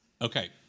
Okay